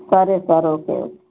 సరే sir okay okay